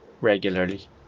regularly